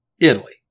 Italy